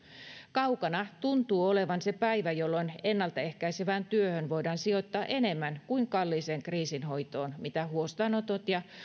kaukana tuntuu olevan se päivä jolloin ennalta ehkäisevään työhön voidaan sijoittaa enemmän kuin kalliiseen kriisinhoitoon mitä huostaanotot ja